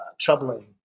troubling